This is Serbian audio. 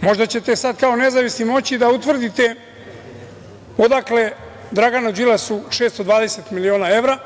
Možda ćete sada kao nezavisni moći da utvrdite odakle Draganu Đilasu 620 miliona evra,